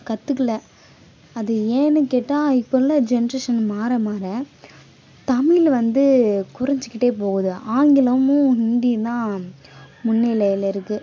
கற்றுக்குல அது ஏன்னு கேட்டால் இப்போ உள்ள ஜென்ரேஷன் மாற மாற தமிழ் வந்து குறைஞ்சிக்கிட்டே போகுது ஆங்கிலமும் ஹிந்தியும் தான் முன்னிலையில் இருக்குது